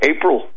April